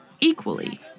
equally